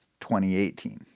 2018